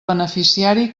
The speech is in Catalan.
beneficiari